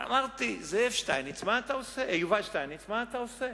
אמרתי, יובל שטייניץ, מה אתה עושה?